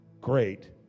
great